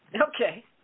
Okay